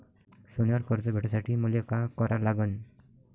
सोन्यावर कर्ज भेटासाठी मले का करा लागन?